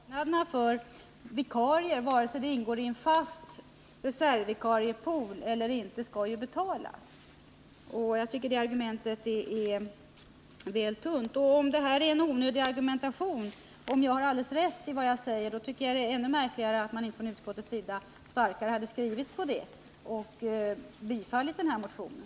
Herr talman! Det är ju ändå så att kostnaderna för vikarierna, vare sig de utgår för en fast reservvikariepool eller inte, skall betalas. Jag tycker det argument som framförts är väl tunt. Om det här är en onödig argumentation därför att jag har alldeles rätt i vad jag säger, då tycker jag det är ännu märkligare att man inte från utskottets sida har framhållit detta starkare och bifallit den här motionen.